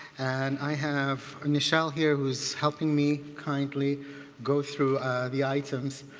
and i have ah michelle here who's helping me kindly go through the items.